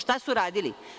Šta su radili?